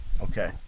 Okay